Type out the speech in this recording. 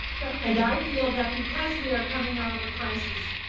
trustee. and i feel that because we are coming out of a crisis,